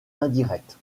indirect